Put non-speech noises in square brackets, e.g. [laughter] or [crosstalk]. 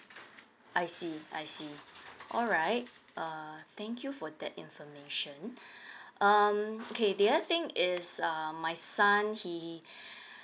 I see I see all right uh thank you for that information [breath] um okay the other thing is um my son he [breath]